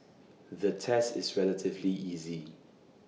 the test is relatively easy